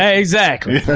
ah exactly! yeah